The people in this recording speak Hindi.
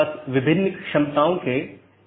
एक BGP के अंदर कई नेटवर्क हो सकते हैं